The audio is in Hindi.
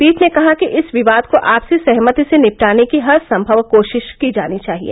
पीठ ने कहा कि इस विवाद को आपसी सहमति से निपटाने की हरसंभव कोशिश की जानी चाहिए